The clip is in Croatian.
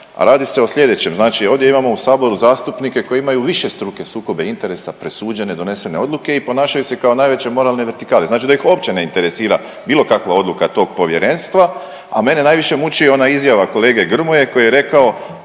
radi se o sljedećem. Znači ovdje imamo u Saboru zastupnike koji imaju višestruke sukobe interesa presuđene, donesene odluke i ponašaju se kao najveće moralne vertikale. Znači da ih uopće ne interesira bilo kakva odluka tog Povjerenstva, a mene najviše muči ona izjava kolege Grmoje koji je rekao,